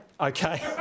okay